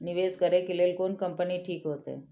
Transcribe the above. निवेश करे के लेल कोन कंपनी ठीक होते?